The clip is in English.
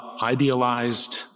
idealized